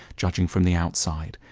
judging from the outside.